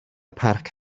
parc